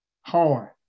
hard